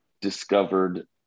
discovered